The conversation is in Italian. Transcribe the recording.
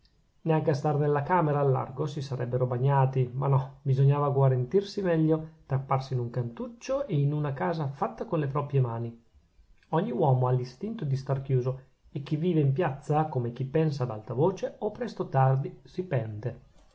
neanche a star nella camera al largo si sarebbero bagnati ma no bisognava guarentirsi meglio tapparsi in un cantuccio e in una casa fatta con le proprie mani ogni uomo ha l'istinto di star chiuso e chi vive in piazza come chi pensa ad alta voce o presto o tardi si pente